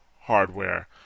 hardware